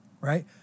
Right